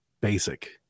basic